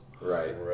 Right